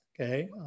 Okay